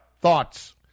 Thoughts